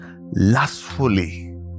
lustfully